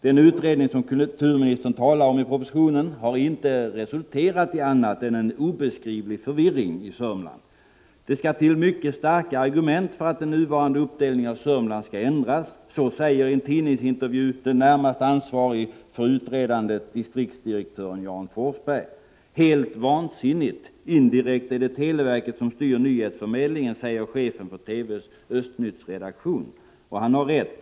Den utredning som kulturministern talar om i propositionen har inte resulterat i annat än en obeskrivlig förvirring i Sörmland. ”Det skall till mycket starka argument för att den nuvarande uppdelningen av Sörmland skall ändras.” Så säger i en tidningsintervju den närmast ansvarige för utredandet, distriktsdirektören Jan Forsberg. ”Helt vansinnigt. Indirekt är det televerket som styr nyhetsförmedlingen.” Det säger chefen för TV:s Östnyttsredaktion. Och han har rätt.